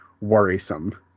worrisome